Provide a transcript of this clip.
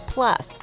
Plus